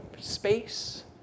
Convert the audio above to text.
space